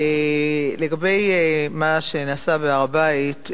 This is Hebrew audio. לגבי מה שנעשה בהר-הבית,